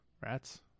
Rats